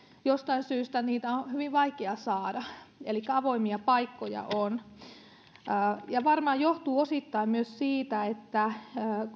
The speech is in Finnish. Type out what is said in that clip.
jostain syystä niitä on hyvin vaikea saada elikkä avoimia paikkoja on varmaan johtuu osittain myös siitä että